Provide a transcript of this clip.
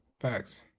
facts